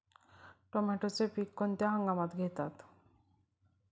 टोमॅटोचे पीक कोणत्या हंगामात घेतात?